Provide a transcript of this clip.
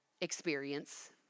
experience